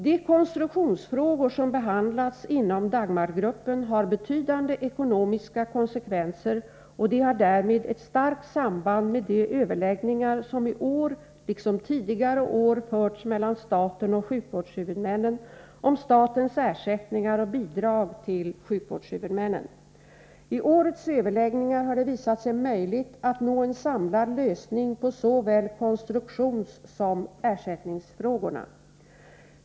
De konstruktionsfrågor som behandlats inom ”Dagmargruppen” har betydande ekonomiska konsekvenser och de har därmed ett starkt samband med de överläggningar som i år liksom tidigare år förts mellan staten och sjukvårdshuvudmännen om statens ersättningar och bidrag till sjukvårdshuvudmännen. I årets överläggningar har det visat sig möjligt att nå en samlad lösning på såväl konstruktionssom ersättningsfrågorna.